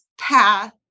Path